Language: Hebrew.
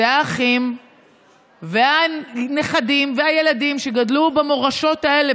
זה האחים והנכדים והילדים שגדלו במורשות האלה,